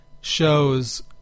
shows